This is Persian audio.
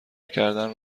کردن